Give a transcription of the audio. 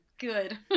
Good